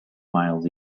miles